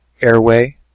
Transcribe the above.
airway